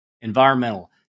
environmental